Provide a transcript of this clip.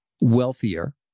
wealthier